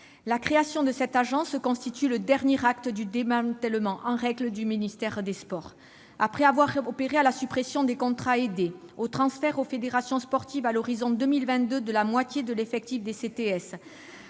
La création de l'Agence constitue le dernier acte du démantèlement en règle du ministère des sports. Après avoir procédé à la suppression des contrats aidés, au transfert aux fédérations sportives à l'horizon 2022 de la moitié de l'effectif des CTS,